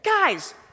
guys